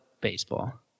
baseball